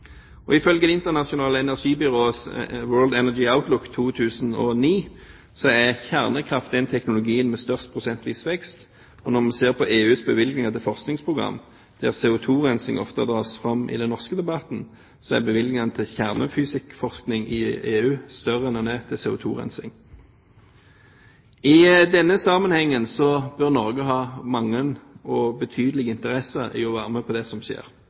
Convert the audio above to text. subsidier. Ifølge det internasjonale energibyrået World Energy Outlook 2009 er kjernekraft den teknologien med størst prosentvis vekst. Når vi ser på EUs bevilgninger til forskningsprogram, der CO2-rensing ofte dras fram i den norske debatten, er bevilgningene til kjernefysikkforskning i EU større enn den er til CO2-rensing. I denne sammenheng bør Norge ha mange og betydelige interesser i å være med på det som skjer,